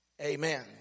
Amen